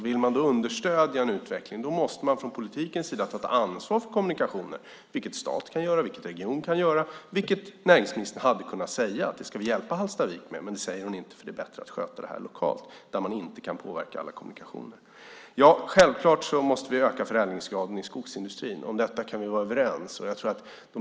Vill man understödja utvecklingen måste man från politikens sida ta ansvar för kommunikationerna, vilket staten och regionen kan göra och vilket näringsministern hade kunnat säga att vi ska hjälpa Hallstavik med. Men det säger hon inte, för det är tydligen bättre att sköta det här lokalt, där man inte kan påverka alla kommunikationer. Självklart måste vi öka förädlingsgraden i skogsindustrin. Om detta kan vi vara överens.